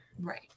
Right